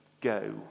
go